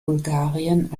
bulgarien